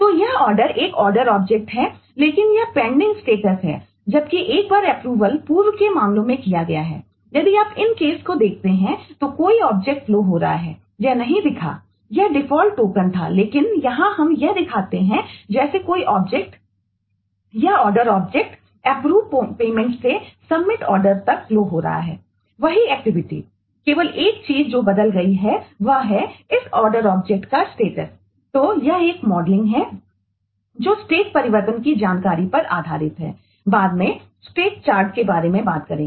तो यह ऑर्डर के बारे में बात करेंगे